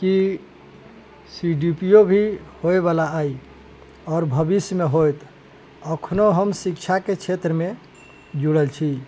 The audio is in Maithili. कि सी डी पी ओ भी होय बाला अछि आओर भविष्यमे होयत अखनो हम शिक्षाके क्षेत्रमे जुड़ल छी